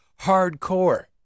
hardcore